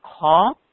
call